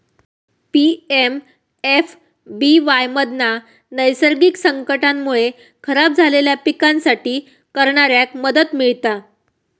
PMFBY मधना नैसर्गिक संकटांमुळे खराब झालेल्या पिकांसाठी करणाऱ्याक मदत मिळता